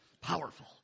Powerful